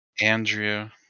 andrea